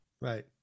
right